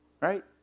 Right